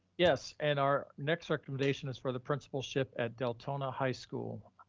yes. and our next recommendation is for the principalship at deltona high school.